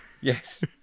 Yes